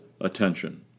attention